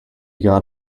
got